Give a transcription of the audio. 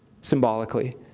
symbolically